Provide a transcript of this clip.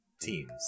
teams